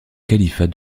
califat